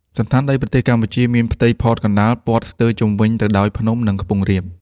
សណ្ឋានដីប្រទេសកម្ពុជាមានផ្ទៃផតកណ្ដាល ព័ទ្ធស្ទើរជុំវិញទៅដោយភ្នំ និងខ្ពង់រាប។